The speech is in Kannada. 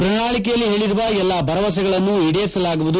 ಪ್ರಣಾಳಕೆಯಲ್ಲಿ ಹೇಳಿರುವ ಎಲ್ಲಾ ಭರವಸೆಗಳನ್ನು ಈಡೇರಿಸಲಾಗುವುದು